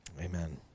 Amen